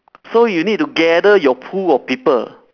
so you need to gather your pool of people